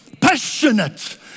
passionate